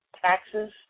taxes